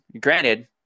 granted